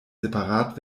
separat